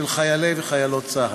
של חיילי וחיילות צה"ל.